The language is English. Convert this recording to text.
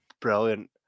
brilliant